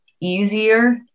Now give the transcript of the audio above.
easier